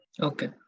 Okay